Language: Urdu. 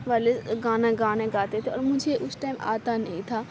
والے گانا گانا گاتے تھے اور مجھے اُس ٹائم آتا نہیں تھا